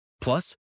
Plus